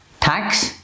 tax